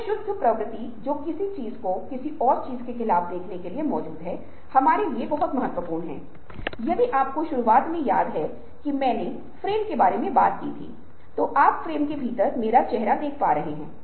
यह प्रकृति में सहज है यह प्रतिक्रिया में असामान्य है